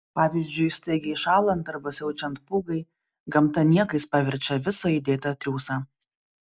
pavyzdžiui staigiai šąlant arba siaučiant pūgai gamta niekais paverčia visą įdėtą triūsą